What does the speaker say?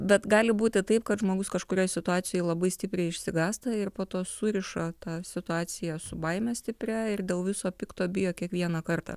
bet gali būti taip kad žmogus kažkurioj situacijoj labai stipriai išsigąsta ir po to suriša tą situaciją su baime stipria ir dėl viso pikto bijo kiekvieną kartą